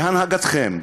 בהנהגתכם,